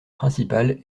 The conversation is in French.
principales